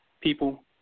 people